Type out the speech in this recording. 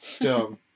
dumb